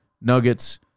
Nuggets